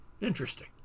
interesting